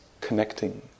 connecting